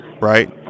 right